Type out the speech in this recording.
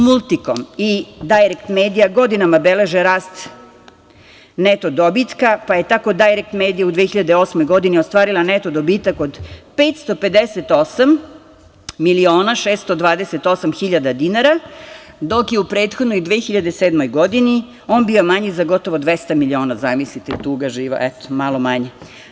Multikom i Dajrekt medija godinama beleže rast neto dobitka, pa je tako Dajrekt medija u 2008. godini ostvarila neto dobitak od 558.628.000, dok je u prethodnoj, 2007. godini on bio manji za gotovo 200.000.000, zamislite, tuga živa, malo manje.